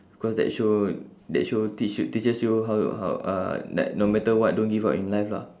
cause that show that show teach you teaches you how to how uh like no matter what don't give up in life lah